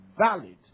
valid